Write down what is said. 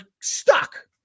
stuck